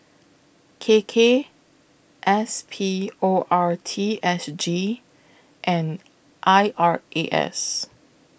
K K S P O R T S G and I R A S